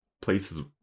places